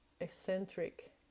eccentric